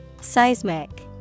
Seismic